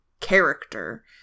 character